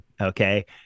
Okay